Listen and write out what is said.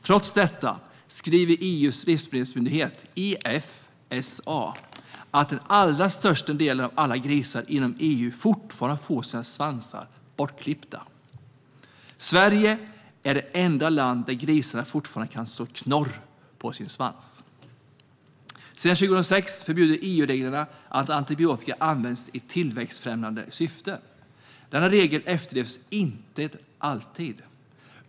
Trots detta skriver EU:s livsmedelsmyndighet Efsa att den allra största andelen av grisarna inom EU fortfarande får sina svansar bortklippta. Sverige är det enda land där grisarna fortfarande kan slå knorr på sina svansar. Sedan 2006 förbjuder EU-reglerna att antibiotika används i tillväxtfrämjande syfte. Denna regel efterlevs inte alltid.